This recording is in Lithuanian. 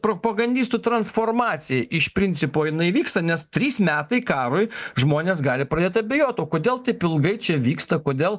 propagandistų transformacija iš principo jinai vyksta nes trys metai karui žmonės gali pradėt abejot o kodėl taip ilgai čia vyksta kodėl